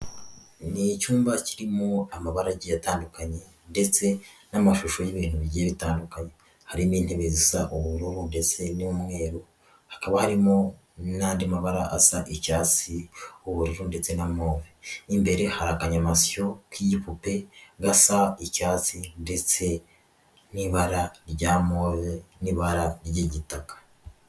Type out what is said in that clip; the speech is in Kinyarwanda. Ni icyuyumba kirimo amabara agiye atandukanye ndetse n'amashusho y'ibintu bigiye bitandukanye harimo intebe zisa ubururu ndetse n'umweru hakaba harimo n'andi mabara asa icyatsi, ubururu ndetse na move, imbere hari akanyeyamasyo k'igipupe gasa icyatsi ndetse n'ibara rya move n'ibara ry'igitaka.